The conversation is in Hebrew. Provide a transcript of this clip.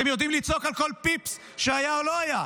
אתם יודעים לצעוק על כל פיפס שהיה או לא היה.